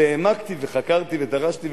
והעמקתי וחקרתי ודרשתי,